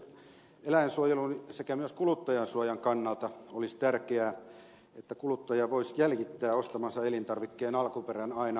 eläinsuojelun sekä myös kuluttajansuojan kannalta olisi tärkeää että kuluttaja voisi jäljittää ostamansa elintarvikkeen alkuperän aina maatilalle saakka